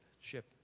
ship